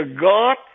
God